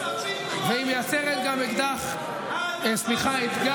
והיא מייצרת גם אתגר כלכלי,